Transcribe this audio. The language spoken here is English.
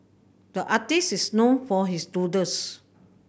the artist is known for his doodles